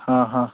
ಹಾಂ ಹಾಂ